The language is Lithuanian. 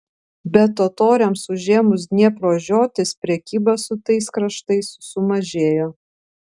bet totoriams užėmus dniepro žiotis prekyba su tais kraštais sumažėjo